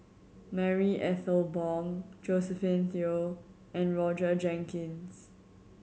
Marie Ethel Bong Josephine Teo and Roger Jenkins